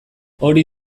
hori